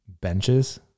benches